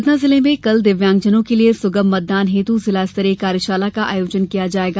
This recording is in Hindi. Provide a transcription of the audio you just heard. सतना जिले में कल दिव्यांगजनों के लिये सुगम मतदान हेतु जिला स्तरीय कार्यशाला का आयोजन किया जायेगा